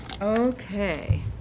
okay